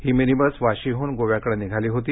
ही mini bus वाशीमधून गोव्याकडे निघाली होती